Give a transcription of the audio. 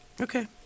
Okay